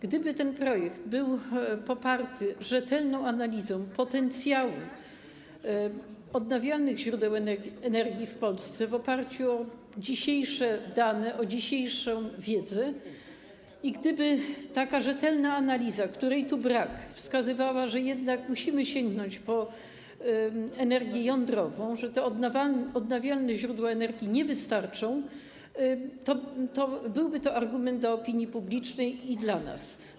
Gdyby ten projekt był poparty rzetelną analizą potencjału odnawialnych źródeł energii w Polsce w oparciu o dzisiejsze dane, o dzisiejszą wiedzę, i gdyby taka rzetelna analiza, której tu brak, wskazywała, że jednak musimy sięgnąć po energię jądrową, że te odnawialne źródła energii nie wystarczą, to byłby to argument dla opinii publicznej i dla nas.